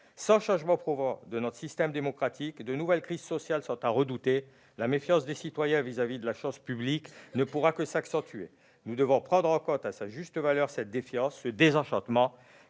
Sans changement profond de notre système démocratique, de nouvelles crises sociales sont à redouter. La méfiance des citoyens à l'égard de la chose publique ne pourra que s'accentuer. Nous devons prendre en compte à sa juste valeur cette défiance, ce désenchantement.